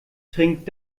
trinkt